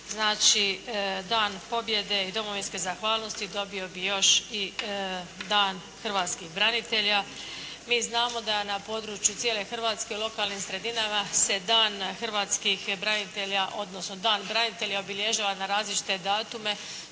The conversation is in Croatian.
Znači, dan pobjede i domovinske zahvalnosti dobio bi još i dan hrvatskih branitelja. Mi znamo da na području cijele Hrvatske lokalnim sredinama se Dan hrvatskih branitelja, odnosno Dan branitelja obilježava na različite datume